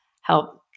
help